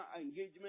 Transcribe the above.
engagement